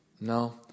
No